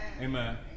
Amen